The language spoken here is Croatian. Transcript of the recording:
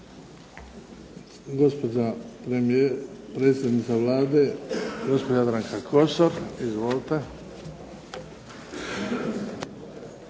Gospođa predsjednica Vlade, gospođa Jadranka Kosor. Izvolite.